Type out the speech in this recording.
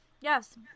Yes